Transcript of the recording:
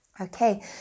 Okay